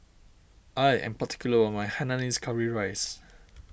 I am particular about my Hainanese Curry Rice